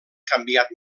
canviat